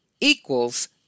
equals